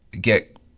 get